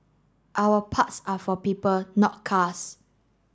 our parks are for people not cars